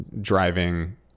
driving